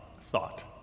Thought